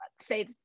say